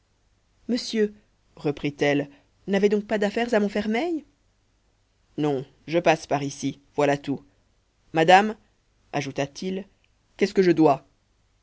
monsieur reprit-elle n'avait donc pas d'affaires à montfermeil non je passe par ici voilà tout madame ajouta-t-il qu'est-ce que je dois